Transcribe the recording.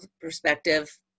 perspective